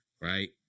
right